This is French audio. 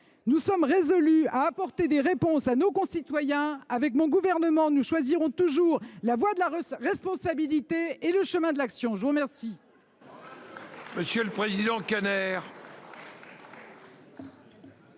Nous sommes résolus à apporter des réponses à nos concitoyens. Avec mon gouvernement, je choisirai toujours la voie de la responsabilité et le chemin de l’action. La parole